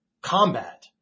combat